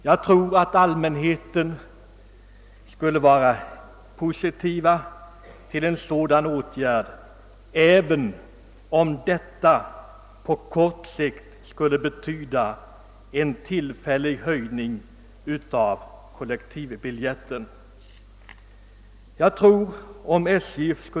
Jag tror att allmänheten skulle ställa sig positiv till en sådan åtgärd, även om den på kort sikt betyder en tillfällig höjning av kollektivbiljetten.